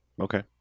Okay